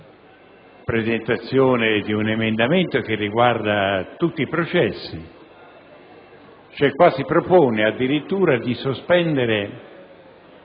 presentazione di un emendamento che riguarda tutti i processi. Qui si propone addirittura di sospendere